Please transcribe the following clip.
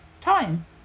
time